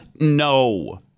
No